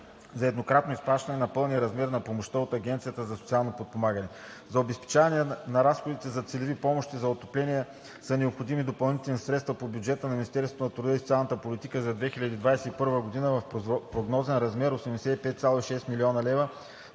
за еднократно изплащане на пълния размер на помощта от Агенцията за социално подпомагане. За обезпечаване разходите за целеви помощи за отопление са необходими допълнителни средства по бюджета на Министерството на труда и социалната